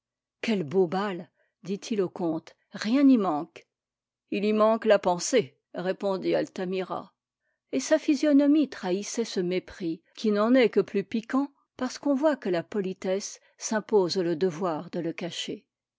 quel beau bal dit-il au comte rien n'y manque il y manque la pensée répondit altamira et sa physionomie trahissait ce mépris qui n'en est que plus piquant parce qu'on voit que la politesse s'impose le devoir de le cacher